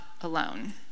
alone